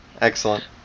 excellent